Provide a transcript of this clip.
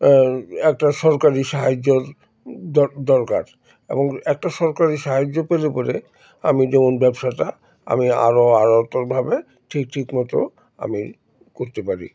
একটা সরকারি সাহায্যর দ দরকার এবং একটা সরকারি সাহায্য পেলে পরে আমি যেমন ব্যবসাটা আমি আরও ভাবে ঠিক ঠিক মতো আমি করতে পারি